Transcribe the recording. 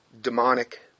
demonic